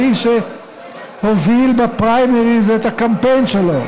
האיש שהוביל בפריימריז את הקמפיין שלו,